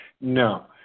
No